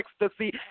ecstasy